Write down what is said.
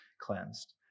cleansed